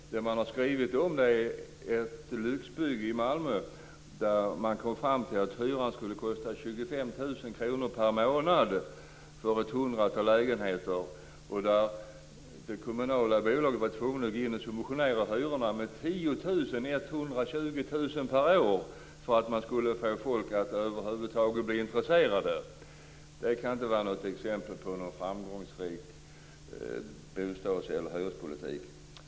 Det som man har skrivit om är ett lyxbygge i Malmö med ett hundratal lägenheter där hyran skulle kosta 25 000 kr per månad. Det kommunala bolaget var tvunget att gå in och subventionera hyrorna med 120 000 kr per år för att människor över huvud taget skulle bli intresserade. Det kan inte vara något exempel på en framgångsrik bostads eller hyrespolitik.